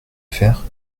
faire